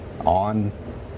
on